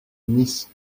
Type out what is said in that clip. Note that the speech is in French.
nice